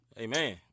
Amen